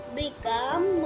become